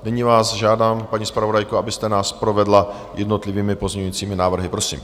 Nyní vás žádám, paní zpravodajko, abyste nás provedla jednotlivými pozměňovacími návrhy, prosím.